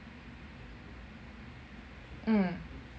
mm